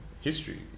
history